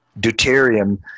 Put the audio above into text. deuterium